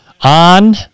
On